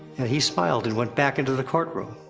and he smiled, and went back into the courtroom.